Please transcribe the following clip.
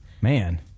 Man